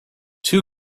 two